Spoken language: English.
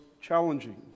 challenging